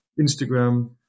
Instagram